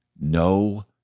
No